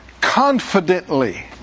confidently